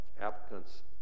applicant's